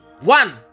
One